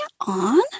on